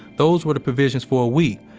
those were the provisions for a week.